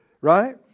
right